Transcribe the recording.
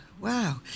wow